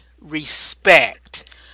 respect